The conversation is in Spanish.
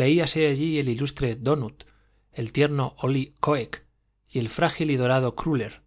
veíase allí el ilustre doughnut el tierno oly koek y el frágil y dorado cruller